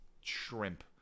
shrimp